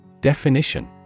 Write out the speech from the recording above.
Definition